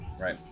Right